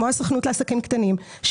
הסוכנות לעסקים קטנים,